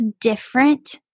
different